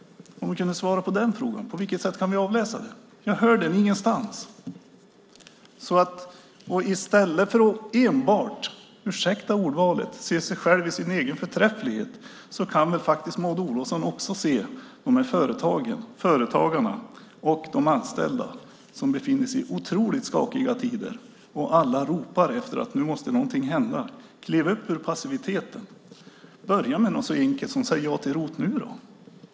Kan Maud Olofsson svara på den frågan? På vilket sätt kan vi avläsa det? I stället för att enbart - ursäkta ordvalet - se sin egen förträfflighet kan väl Maud Olofsson också se de företag, företagare och anställda som befinner sig i otroligt skakiga tider. Alla ropar efter att något måste hända. Kliv upp ur passiviteten. Börja med något så enkelt som att säga ja till ROT.